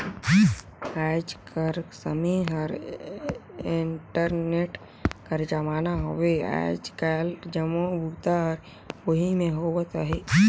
आएज कर समें हर इंटरनेट कर जमाना हवे आएज काएल जम्मो बूता हर ओही में होवत अहे